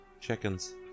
Chickens